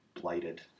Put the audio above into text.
blighted